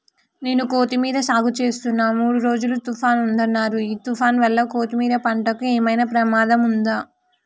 నేను కొత్తిమీర సాగుచేస్తున్న మూడు రోజులు తుఫాన్ ఉందన్నరు ఈ తుఫాన్ వల్ల కొత్తిమీర పంటకు ఏమైనా ప్రమాదం ఉందా?